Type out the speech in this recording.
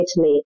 Italy